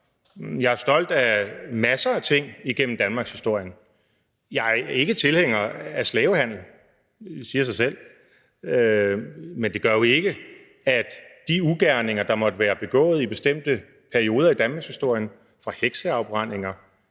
Jeg er stolt af masser af ting gennem danmarkshistorien – jeg er ikke tilhænger af slavehandel; det siger sig selv. Men det gør jo ikke, at de ugerninger, der måtte være begået i bestemte perioder af danmarkshistorien – fra hekseafbrændinger